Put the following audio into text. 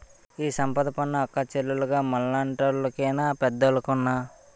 ఈ సంపద పన్ను అక్కచ్చాలుగ మనలాంటోళ్లు కేనా పెద్దోలుకున్నా